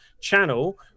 channel